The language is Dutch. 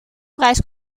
prijs